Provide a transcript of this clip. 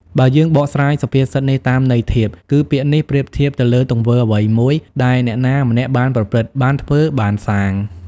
បើយើងបកស្រាយសុភាសិតនេះតាម ន័យធៀប គឺ ពាក្យនេះប្រៀបធៀបទៅលើទង្វើអ្វីមួយដែលអ្នកណាម្នាក់បានប្រព្រឹត្ត បានធ្វើ បានសាង ។